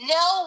no